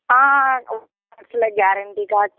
like guarantee cards